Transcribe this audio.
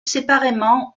séparément